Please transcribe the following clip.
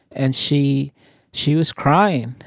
and she she was crying.